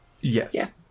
Yes